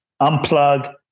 unplug